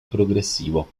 progressivo